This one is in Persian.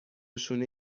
شونه